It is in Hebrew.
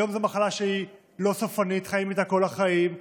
היום זו מחלה שהיא לא סופנית, חיים איתה כל החיים.